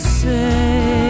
say